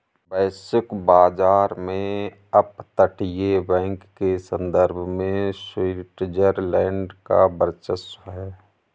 वैश्विक बाजार में अपतटीय बैंक के संदर्भ में स्विट्जरलैंड का वर्चस्व है